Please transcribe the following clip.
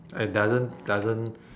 I doesn't doesn't